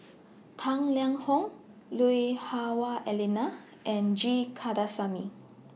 Tang Liang Hong Lui Hah Wah Elena and G Kandasamy